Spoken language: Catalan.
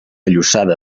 llossada